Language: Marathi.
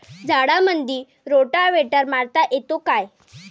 झाडामंदी रोटावेटर मारता येतो काय?